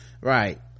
right